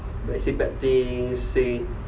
like say bad things say